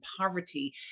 poverty